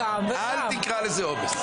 היו"ר מירב בן ארי (יו"ר ועדת ביטחון הפנים):